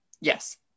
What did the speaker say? Yes